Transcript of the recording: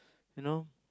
you know